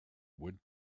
went